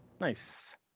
Nice